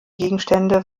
gegenstände